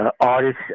Artists